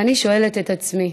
ואני שואלת את עצמי,